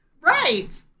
Right